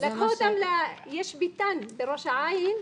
יש ביתן בראש העין,